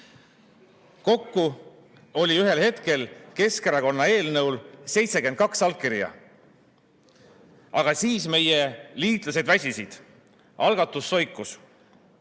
Kokku oli ühel hetkel Keskerakonna eelnõul 72 allkirja, kuid siis meie liitlased väsisid, algatus soikus.